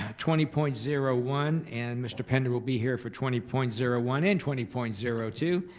twenty point zero one, and mr. pender will be here for twenty point zero one and twenty point zero two,